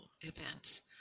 events